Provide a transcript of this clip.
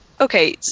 okay